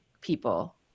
people